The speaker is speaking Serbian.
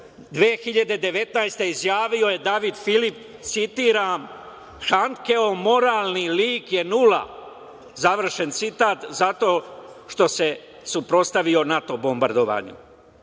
godine izjavio je David Filip, citiram: Hankeov moralni lik je nula“, završen citat, zato što se suprotstavio NATO bombardovanju.